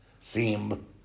Seem